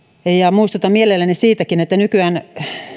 muistutan mielelläni siitäkin että nykyään